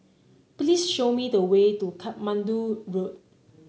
please show me the way to Katmandu Road